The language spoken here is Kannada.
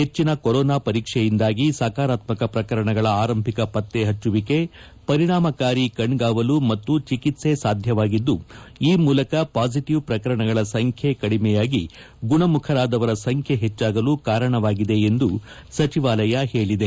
ಹೆಚ್ಚಿನ ಕೊರೊನಾ ಪರೀಕ್ಷೆಯಿಂದಾಗಿ ಸಕಾರಾತ್ಮಕ ಪ್ರಕರಣಗಳ ಆರಂಭಿಕ ಪತ್ತೆ ಹಚ್ಚುವಿಕೆ ಪರಿಣಾಮಕಾರಿ ಕಣ್ಗಾವಲು ಮತ್ತು ಚಿಕಿತ್ಲೆ ಸಾಧ್ಯವಾಗಿದ್ದು ಈ ಮೂಲಕ ಪಾಸಿಟಿವ್ ಪ್ರಕರಣಗಳ ಸಂಖ್ಯೆ ಕಡಿಮೆಯಾಗಿ ಗುಣಮುಖರಾದವರ ಸಂಖ್ಯೆ ಹೆಚ್ಚಾಗಲು ಕಾರಣವಾಗಿದೆ ಎಂದು ಸಚಿವಾಲಯ ಹೇಳಿದೆ